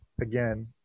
again